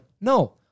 No